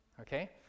okay